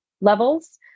levels